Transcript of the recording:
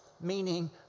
meaning